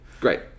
great